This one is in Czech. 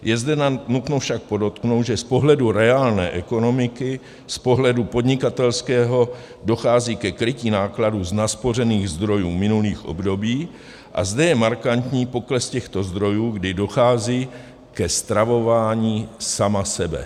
Je zde nutno však podotknout, že z pohledu reálné ekonomiky, z pohledu podnikatelského dochází ke krytí nákladů z naspořených zdrojů minulých období, a zde je markantní pokles těchto zdrojů, kdy dochází ke stravování sama sebe.